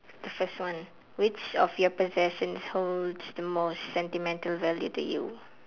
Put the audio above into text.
the first one which of your possessions holds the most sentimental value to you